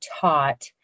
taught